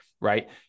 right